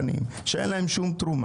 לא להוסיף הוצאות, שאין להן שום תרומה,